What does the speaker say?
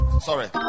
sorry